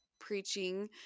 preaching